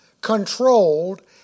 controlled